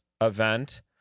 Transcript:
event